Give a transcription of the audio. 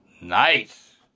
Nice